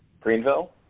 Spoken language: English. Greenville